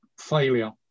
failure